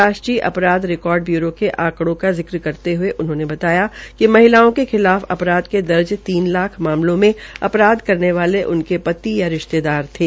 राष्ट्रीय अपराध record bureau के आकड़ों का जिक्र करते हये उन्होंने बताया कि महिलाओं के खिलाफ अपराध के दर्ज तीन लाख मामलों में अपराध करने वाले उनके पति या रिश्तेदार थे